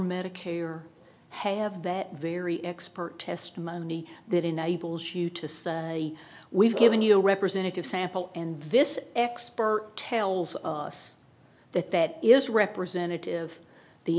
medicare have that very expert testimony that enables you to say we've given you a representative sample and this expert tells us that that is representative